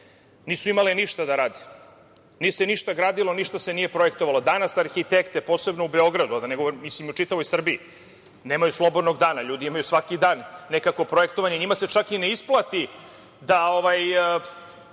nisu imale ništa da rade. Nije se ništa gradilo, ništa se nije projektovalo. Danas arhitekte, posebno u Beogradu, da ne govorim o čitavoj Srbiji, nemaju slobodnog dana, ljudi imaju svaki dan nekakvo projektovanje. Njima se čak i ne isplati da